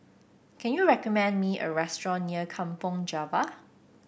can you recommend me a restaurant near Kampong Java